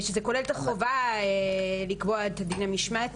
שזה כולל את החובה לקבוע את הדין המשמעתי,